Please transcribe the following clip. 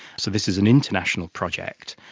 so this is an international project,